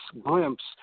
glimpse